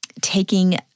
taking